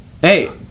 hey